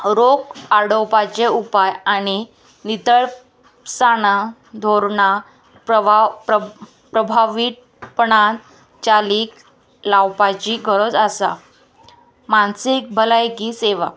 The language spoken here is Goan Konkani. रोग आडोवपाचे उपाय आनी नितळसाणां धोरणां प्रवा प्रभावपणान चालीक लावपाची गरज आसा मानसीक भलायकी सेवा